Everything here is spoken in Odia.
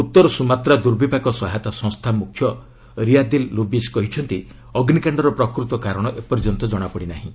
ଉତ୍ତର ସୁମାତ୍ରା ଦୁର୍ବିପାକ ସହାୟତା ସଂସ୍ଥା ମୁଖ୍ୟ ରିଆଦିଲ୍ ଲୁବିସ୍ କହିଛନ୍ତି ଅଗ୍ନିକାଣ୍ଡର ପ୍ରକୃତ କାରଣ ଏପର୍ଯ୍ୟନ୍ତ ଜଣାପଡ଼ି ନାହିଁ